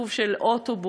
שוב של אוטובוס,